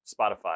Spotify